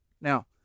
Now